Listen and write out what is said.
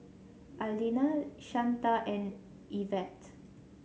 Arlena Shanta and Ivette